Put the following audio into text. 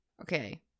Okay